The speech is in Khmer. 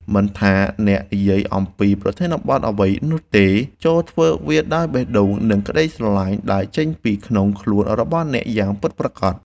មិនថាអ្នកនិយាយអំពីប្រធានបទអ្វីនោះទេចូរធ្វើវាដោយបេះដូង និងដោយក្តីស្រឡាញ់ដែលចេញពីក្នុងខ្លួនរបស់អ្នកយ៉ាងពិតប្រាកដ។